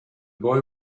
boy